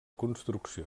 construcció